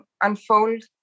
unfold